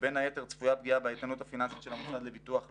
ובין היתר צפויה פגיעה באיתנות הפיננסית של המוסד לביטוח לאומי,